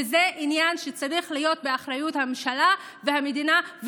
וזה עניין שצריך להיות באחריות הממשלה והמדינה,